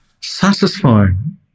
satisfying